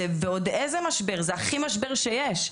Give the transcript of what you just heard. זה ועוד איזה משבר זה הכי משבר שיש.